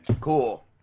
Cool